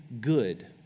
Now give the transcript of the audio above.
good